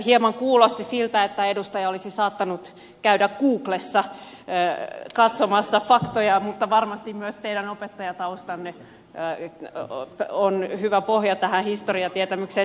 hieman kuulosti siltä että edustaja olisi saattanut käydä googlessa katsomassa faktoja mutta varmasti myös teidän opettajataustanne on hyvä pohja tähän historiatietämykseen